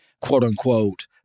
quote-unquote—